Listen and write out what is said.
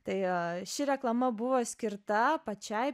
tai ši reklama buvo skirta pačiai